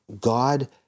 God